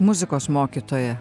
muzikos mokytoją